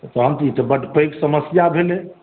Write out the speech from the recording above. तहन त ई बड पैघ समस्या भेलै